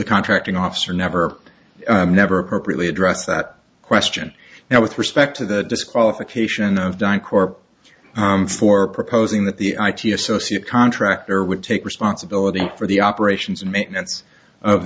contracting officer never never appropriately addressed that question now with respect to the disqualification of dyck or for proposing that the i t associate contractor would take responsibility for the operations and maintenance of